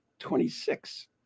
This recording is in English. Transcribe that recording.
26%